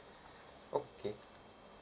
okay